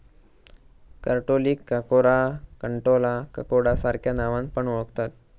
करटोलीक काकोरा, कंटॉला, ककोडा सार्ख्या नावान पण ओळाखतत